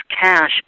cash